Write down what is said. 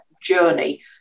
journey